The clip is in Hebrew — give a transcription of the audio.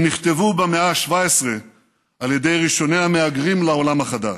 הם נכתבו במאה ה-17 על ידי ראשוני המהגרים לעולם החדש,